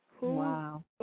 Wow